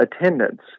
attendance